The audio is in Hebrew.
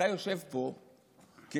אתה יושב פה כיושב-ראש.